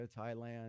Thailand